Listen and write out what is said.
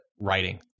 writing